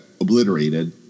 obliterated